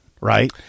right